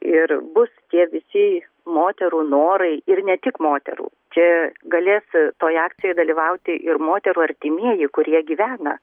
ir bus tie visi moterų norai ir ne tik moterų čia galės toj akcijoj dalyvauti ir moterų artimieji kurie gyvena